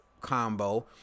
combo